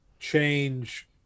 Change